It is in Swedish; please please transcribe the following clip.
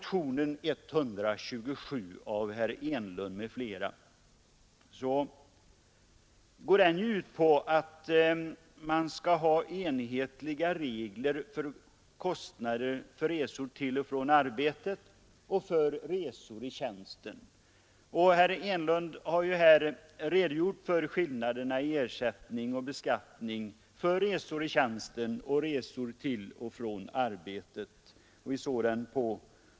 tjänsten. Herr Enlund har här redogjort för skillnaderna i ersättning och beskattning när det gäller resor i tjänsten och resor till och från arbetet.